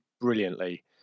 brilliantly